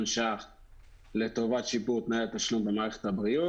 שקלים לטובת שיפור תנאי התשלום במערבת הבריאות.